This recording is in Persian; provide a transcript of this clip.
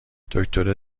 دکتره